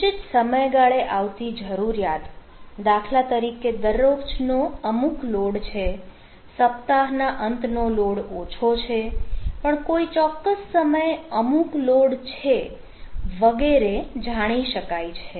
નિશ્ચિત સમયગાળે આવતી જરૂરિયાત દાખલા તરીકે દરરોજ નો અમુક લોડ છે સપ્તાહના અંત નો લોડ ઓછો છે પણ કોઈ ચોક્કસ સમયે અમુક લોડ છે વગેરે જાણી શકાય છે